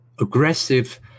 aggressive